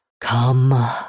Come